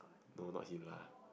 no not him lah